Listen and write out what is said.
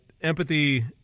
empathy